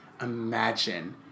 imagine